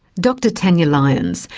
dr tanya lyons,